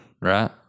right